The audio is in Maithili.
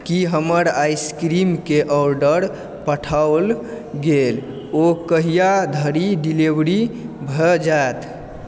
की हमर आइसक्रीमके ऑर्डर पठाओल गेल ओ कहिआ धरि डिलीवरी भऽ जायत